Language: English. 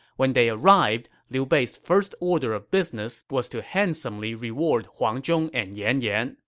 when they arrived, liu bei's first order of business was to handsomely reward huang zhong and yan yan